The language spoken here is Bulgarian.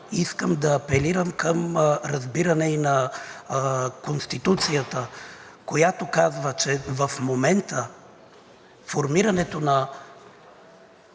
искам да апелирам към разбиране и на Конституцията, която казва, че в момента формирането на